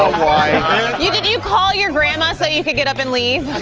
why. did you call your grandma so you could get up and leave?